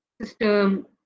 system